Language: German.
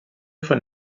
von